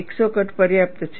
એક સો કટ પર્યાપ્ત છે